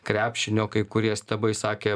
krepšinio kai kurie stabai sakė man